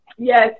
Yes